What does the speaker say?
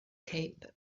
cape